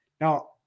Now